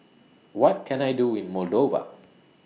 What Can I Do in Moldova